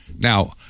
Now